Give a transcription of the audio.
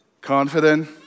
Confident